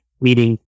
meeting